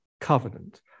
covenant